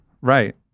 Right